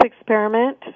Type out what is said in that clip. experiment